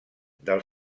del